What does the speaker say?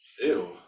Ew